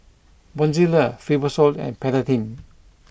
Bonjela Fibrosol and Betadine